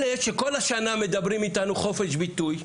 אלה שכל השנה מדברים איתנו: חופש ביטוי,